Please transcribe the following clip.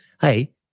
hey